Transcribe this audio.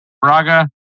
Braga